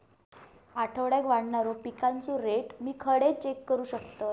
आठवड्याक वाढणारो पिकांचो रेट मी खडे चेक करू शकतय?